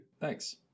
Thanks